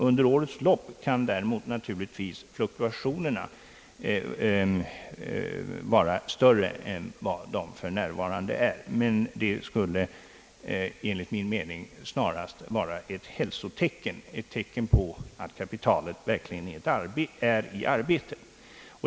Under årets lopp kan däremot fluktuationerna bli större än de för närvarande är, men det skulle enligt min mening snarast vara ett hälsotecken, ett tecken på att kapitalet verkligen är i arbete.